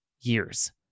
years